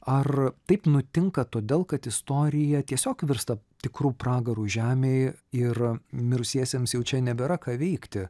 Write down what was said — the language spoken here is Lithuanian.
ar taip nutinka todėl kad istorija tiesiog virsta tikru pragaru žemėj ir mirusiesiems jau čia nebėra ką veikti